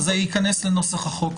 זה ייכנס לנוסח החוק.